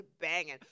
banging